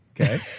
Okay